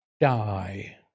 die